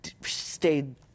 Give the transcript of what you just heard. stayed